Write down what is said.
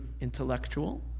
intellectual